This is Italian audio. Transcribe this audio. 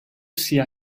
sia